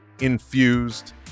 infused